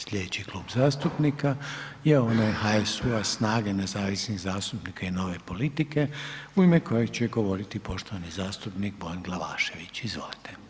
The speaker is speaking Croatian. Slijedeći Klub zastupnika je onaj HSU-a, SNAGA-e, nezavisnih zastupnika i Nove politike u ime kojeg će govoriti poštovani zastupnik Bojan Glavašević, izvolite.